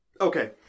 Okay